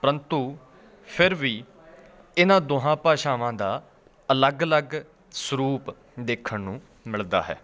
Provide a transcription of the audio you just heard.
ਪਰੰਤੂ ਫਿਰ ਵੀ ਇਹਨਾਂ ਦੋਹਾਂ ਭਾਸ਼ਾਵਾਂ ਦਾ ਅਲੱਗ ਅਲੱਗ ਸਰੂਪ ਦੇਖਣ ਨੂੰ ਮਿਲਦਾ ਹੈ